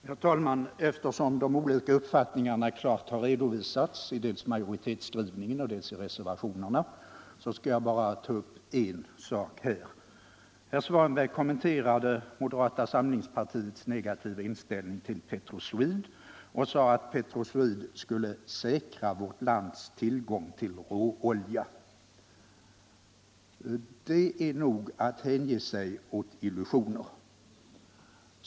Herr talman! Eftersom de olika uppfattningarna klart har redovisats i dels majoritetsskrivningen, dels reservationerna skall jag bara ta upp en sak här. Herr Svanberg kommenterade moderata samlingspartiets negativa inställning till Petroswede och sade att Petroswede skulle säkra vårt lands tillgång till råolja. Det är nog att hänge sig åt illusioner.